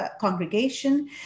congregation